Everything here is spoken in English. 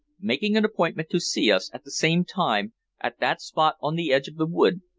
making an appointment to see us at the same time at that spot on the edge of the wood,